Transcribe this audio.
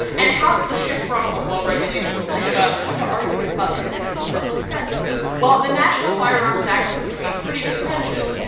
and how did the shift from a well regulated militia to arguments about individual self defense occur? well the national firearms act proved to be pretty contentious.